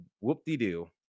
whoop-dee-doo